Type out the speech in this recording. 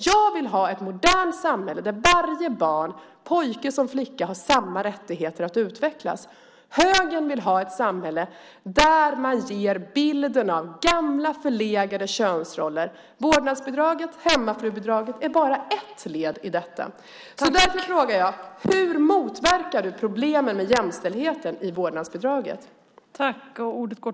Jag vill ha ett modernt samhälle där varje barn, pojke som flicka, har samma rättigheter att utvecklas. Högern vill ha ett samhälle där man ger bilden av gamla förlegade könsroller. Vårdnadsbidraget, hemmafrubidraget, är bara ett led i detta. Därför frågar jag: Hur motverkar du, Göran Hägglund, problemen med jämställdheten i vårdnadsbidraget?